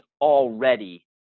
already